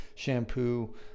Shampoo